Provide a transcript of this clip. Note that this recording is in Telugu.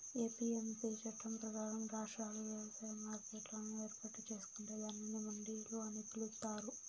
ఎ.పి.ఎమ్.సి చట్టం ప్రకారం, రాష్ట్రాలు వ్యవసాయ మార్కెట్లను ఏర్పాటు చేసుకొంటే దానిని మండిలు అని పిలుత్తారు